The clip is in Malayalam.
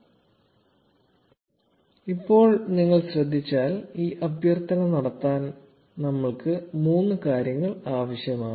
0412 ഇപ്പോൾ നിങ്ങൾ ശ്രദ്ധിച്ചാൽ ഈ അഭ്യർത്ഥന നടത്താൻ നമ്മൾക്ക് മൂന്ന് കാര്യങ്ങൾ ആവശ്യമാണ്